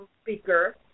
speaker